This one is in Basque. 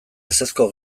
ezezko